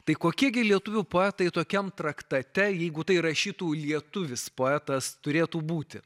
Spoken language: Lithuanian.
tai kokie gi lietuvių poetai tokiam traktate jeigu tai rašytų lietuvis poetas turėtų būti